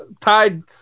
tied